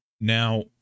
Now